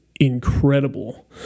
incredible